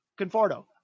Conforto